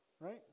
right